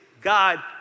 God